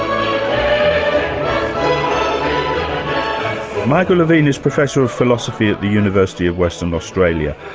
um michael levine is professor of philosophy at the university of western australia.